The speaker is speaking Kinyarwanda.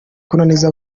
kunaniza